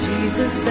Jesus